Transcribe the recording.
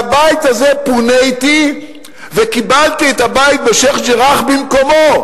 מהבית הזה פוניתי וקיבלתי את הבית בשיח'-ג'ראח במקומו.